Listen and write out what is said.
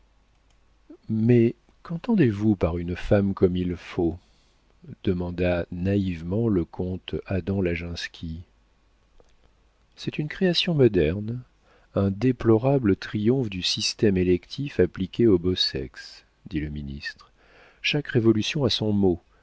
mais qu'entendez-vous par une femme comme il faut demanda naïvement le comte adam laginski c'est une création moderne un déplorable triomphe du système électif appliqué au beau sexe dit le ministre chaque révolution a son mot